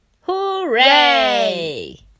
Hooray